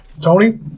Tony